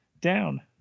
down